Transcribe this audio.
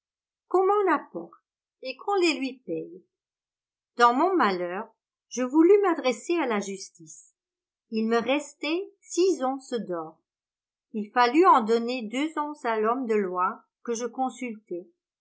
qu'on m'en apporte et qu'on les lui paie dans mon malheur je voulus m'adresser à la justice il me restait six onces d'or il fallut en donner deux onces à l'homme de loi que je consultai